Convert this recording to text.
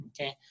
okay